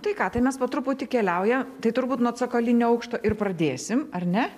tai ką tai mes po truputį keliaujam tai turbūt nuo cokolinio aukšto ir pradėsim ar ne